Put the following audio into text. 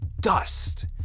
dust